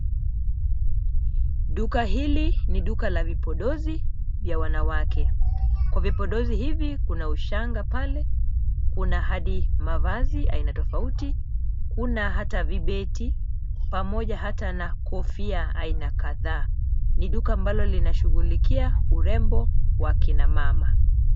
Duka hili ni duka la vipodozi vya wanawake. Kwa vipodozi hivi, kuna ushanga pale, kuna hadi mavazi aina tofauti, kuna hata vibeti pamoja hata na kofia aina kadhaa. Ni duka ambalo linashughulikia urembo wa kina mama.